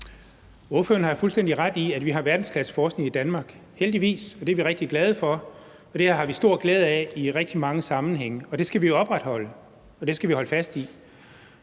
Ordføreren har jo fuldstændig ret i, at vi har verdensklasseforskning i Danmark, heldigvis. Det er vi rigtig glade for, det har vi meget stor glæde af i rigtig mange sammenhænge, og det skal vi opretholde og holde fast i.